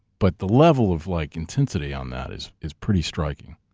but the level of like intensity on that is is pretty striking.